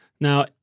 now